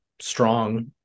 strong